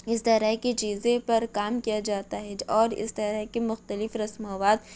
اس طرح کی چیزیں پر کام کیا جاتا ہے اور اس طرح کی مختلف رسومات